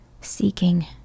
seeking